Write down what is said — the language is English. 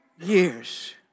years